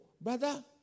brother